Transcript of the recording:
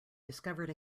discovered